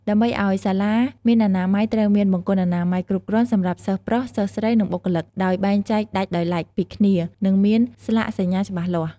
ដើម្បីឲ្យសាលាមានអនាម័យត្រូវមាន បង្គន់អនាម័យគ្រប់គ្រាន់សម្រាប់សិស្សប្រុស សិស្សស្រី និងបុគ្គលិក ដោយបែងចែកដាច់ដោយឡែកពីគ្នា និងមានស្លាកសញ្ញាច្បាស់លាស់។